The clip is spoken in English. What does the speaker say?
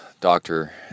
doctor